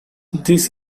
this